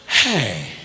Hey